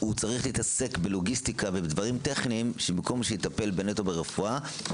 צריך להסתכל בלוגיסטיקה ובנושאים טכניים במקום שיטפל נטו ברפואה,